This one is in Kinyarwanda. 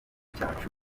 cyacu